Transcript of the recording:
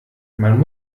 man